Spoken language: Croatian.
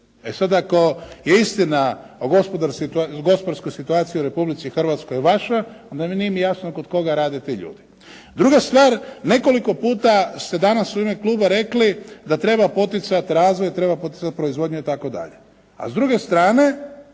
E sad, ako je istina o gospodarskoj situaciji u Republici Hrvatskoj je vaša, onda mi nije jasno kod koga rade ti ljudi. Druga stvar, nekoliko puta ste danas u ime kluba rekli da treba poticati razvoj, treba poticati proizvodnju itd., a s druge strane